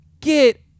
Get